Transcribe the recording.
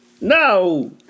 No